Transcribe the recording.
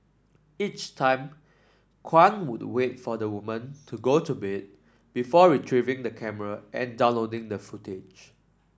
each time Kwan would wait for the woman to go to bed before retrieving the camera and downloading the footage